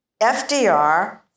FDR